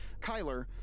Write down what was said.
Kyler